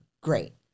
great